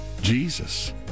Jesus